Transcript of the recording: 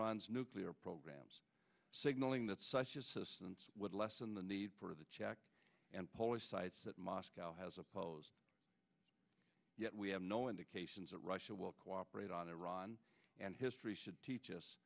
iran's nuclear programs signaling that such assistance would lessen the need for the czech and polish sites that moscow has opposed yet we have no indications that russia will cooperate on iran and history should teach us